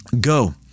go